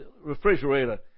refrigerator